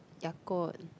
Yakult